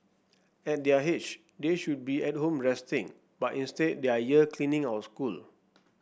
at their age they should be at home resting but instead they are here cleaning our school